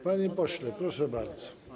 Panie pośle, proszę bardzo.